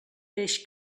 peix